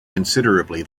considerably